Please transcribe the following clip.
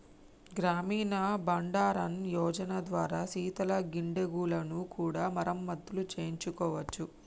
గ్రామీణ బండారన్ యోజన ద్వారా శీతల గిడ్డంగులను కూడా మరమత్తులు చేయించుకోవచ్చు